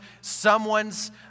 someone's